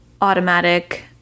automatic